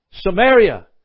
Samaria